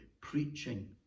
preaching